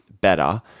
better